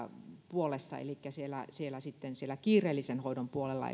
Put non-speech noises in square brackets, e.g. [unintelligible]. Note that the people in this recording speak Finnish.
puolella elikkä siellä siellä kiireellisen hoidon puolella [unintelligible]